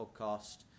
podcast